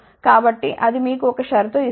కాబట్టి అది మీకు ఒక షరతు ఇస్తుంది